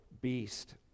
beast